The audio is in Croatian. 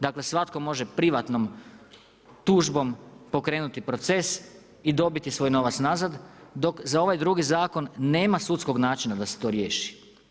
Dakle svatko može privatnom tužbom pokrenuti proces i dobiti svoj novac nazad dok za ovaj drugi zakon nema sudskog načina da se to riješi.